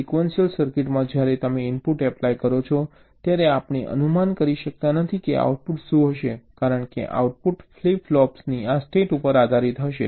હવે સિક્વન્શિયલ સર્કિટમાં જ્યારે તમે ઇનપુટ એપ્લાય કરો છો ત્યારે આપણે અનુમાન કરી શકતા નથી કે આઉટપુટ શું હશે કારણ કે આઉટપુટ ફ્લિપ ફ્લોપ્સની આ સ્ટેટ ઉપર આધારિત હશે